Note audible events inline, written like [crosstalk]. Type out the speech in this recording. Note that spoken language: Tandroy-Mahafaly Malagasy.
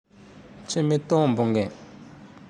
[noise] Tsy mitombogne! [noise]